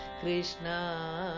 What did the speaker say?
Krishna